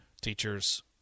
Teachers